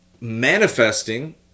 manifesting